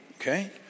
okay